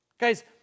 Guys